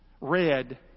Red